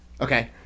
okay